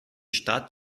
stadt